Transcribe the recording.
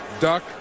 duck